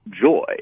joy